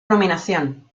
nominación